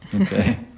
Okay